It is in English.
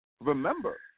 remember